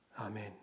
Amen